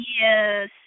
Yes